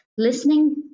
listening